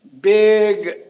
big